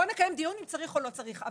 בוא נקיים דיון אם צריך או לא צריך.